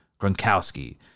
Gronkowski